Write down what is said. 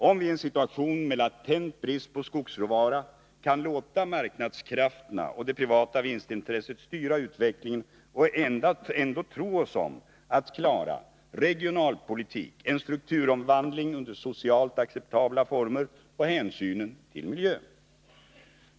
Kan vii en situation med latent brist på skogsråvara låta marknadskrafterna och det privata vinstintresset styra utvecklingen och ändå tro oss om att klara regionalpolitik, en strukturomvandling under socialt acceptabla former och hänsynen till miljön?